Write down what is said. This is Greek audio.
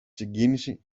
συγκίνηση